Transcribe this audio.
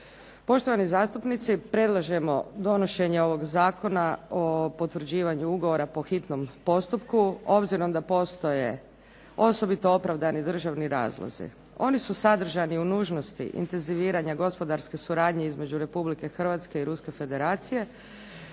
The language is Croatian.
Poštovani zastupnici, predlažemo donošenje ovog zakona o potvrđivanju ugovora po hitnom postupku obzirom da postoje osobito opravdani državni razlozi. Oni su sadržani u nužnosti intenziviranja gospodarske suradnje između Republike Hrvatske i Ruske Federacije